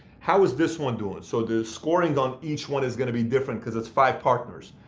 how is this one doing? so the scoring on each one is going to be different, because it's five partners.